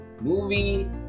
movie